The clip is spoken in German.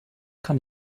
kann